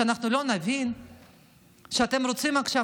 שאנחנו לא נבין שאתם רוצים עכשיו,